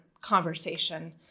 conversation